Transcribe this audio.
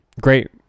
Great